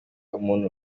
umuntu